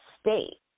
state